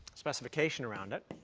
specification around it.